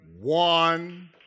One